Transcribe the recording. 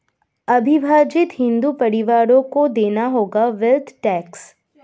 अविभाजित हिंदू परिवारों को देना होगा वेल्थ टैक्स